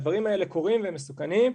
הדברים האלה קורים והם מסוכנים.